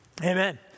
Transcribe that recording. amen